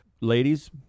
ladies